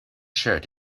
shirt